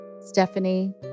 Stephanie